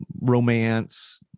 romance